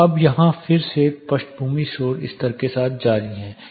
अब यहाँ यह फिर से पृष्ठभूमि शोर स्तर के साथ जारी है